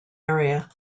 area